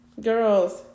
girls